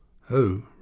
Who